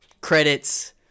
credits